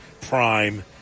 Prime